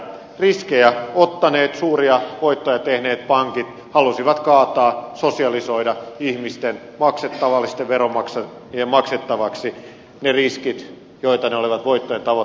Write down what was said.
riskejä ottaneet suuria voittoja tehneet pankit halusivat kaataa sosialisoida ihmisten tavallisten veronmaksajien maksettavaksi ne riskit joita ne olivat voittoja tavoitellessaan ottaneet